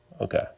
Okay